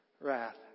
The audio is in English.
wrath